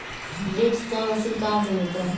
Drip सिंचाई machine कहाँ से मिलतै?